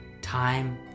Time